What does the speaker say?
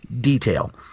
detail